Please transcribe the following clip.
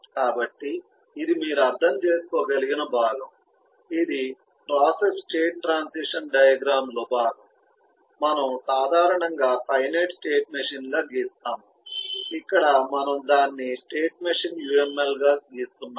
కాబట్టి ఇది మీరు అర్థం చేసుకోగలిగిన భాగం ఇది ప్రాసెస్ స్టేట్ ట్రాన్సిషన్ డయాగ్రమ్ లో భాగం మనం సాధారణంగా ఫైనైట్ స్టేట్ మెషీన్గా గీస్తాము ఇక్కడ మనము దానిని స్టేట్ మెషీన్ UML గా గీస్తున్నాము